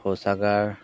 শৌচাগাৰ